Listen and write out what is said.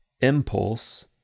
Impulse